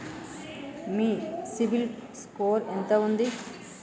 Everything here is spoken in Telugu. మీ సిబిల్ స్కోర్ ఎంత ఉంది?